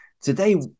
Today